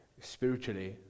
spiritually